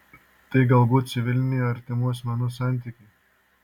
tai galbūt civiliniai artimų asmenų santykiai